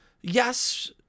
yes